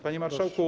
Panie Marszałku!